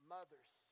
Mothers